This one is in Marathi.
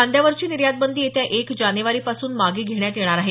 कांद्यावरची निर्यात बंदी येत्या एक जानेवारीपासून मागे घेण्यात येणार आहे